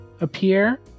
appear